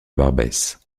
barbès